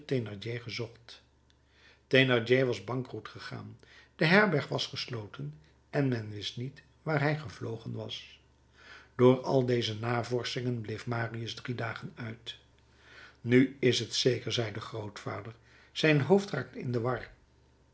thénardier gezocht thénardier was bankroet gegaan de herberg was gesloten en men wist niet waar hij gevlogen was door al deze navorschingen bleef marius drie dagen uit nu is t zeker zei de grootvader zijn hoofd raakt in de war